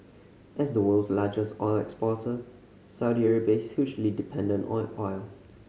as the world's largest oil exporter Saudi Arabia is hugely dependent on oil